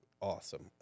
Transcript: awesome